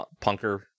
punker